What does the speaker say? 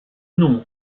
nom